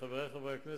חברי חברי הכנסת,